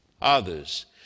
others